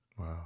Wow